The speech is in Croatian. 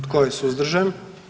Tko je suzdržan?